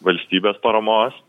valstybės paramos